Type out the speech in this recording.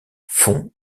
fond